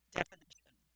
definition